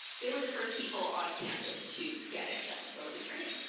they were the first people on campus to get accessibility training.